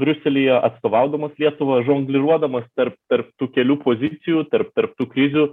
briuselyje atstovaudamas lietuvą žongliruodamas tarp tarp tų kelių pozicijų tarp tarp tų krizių